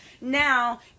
now